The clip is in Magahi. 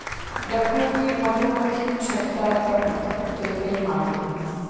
रघुवीर मधुमक्खीर छततार पर पत्थर फेकई मारले